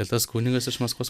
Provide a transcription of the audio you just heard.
ir tas kunigas iš maskvos